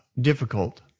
difficult